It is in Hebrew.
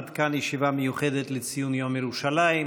עד כאן ישיבה מיוחדת לציון יום ירושלים.